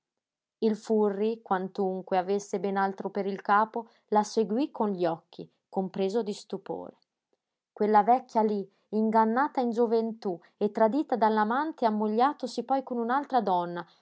il furri quantunque avesse ben altro per il capo la seguí con gli occhi compreso di stupore quella vecchia lí ingannata in gioventú e tradita dall'amante ammogliatosi poi con un'altra donna